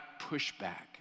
pushback